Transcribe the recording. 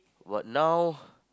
but now